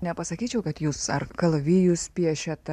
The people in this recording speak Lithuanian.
nepasakyčiau kad jūs ar kalavijus piešiat